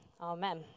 amen